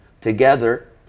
together